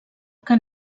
que